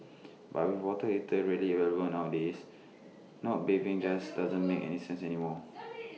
but with water heater readily available nowadays not bathing just doesn't make any sense anymore